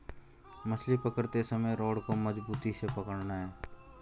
मछली पकड़ते समय रॉड को मजबूती से पकड़ना है